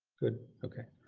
good, okay.